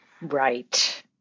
Right